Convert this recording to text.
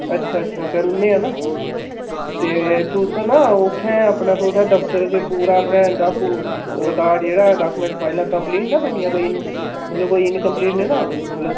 अच्छा अच्छा करु ने ऐ ना ते तुस ना उत्थें अपना तुसें दफ्तर जे पूरा अपने डाकुमैंट रिकार्ड जेह्डा डाकुमैंट फाइलां कम्पलीट न थुआढ़ियां कोई इन मतलब कोई इनकंपलीट नी ना मतलब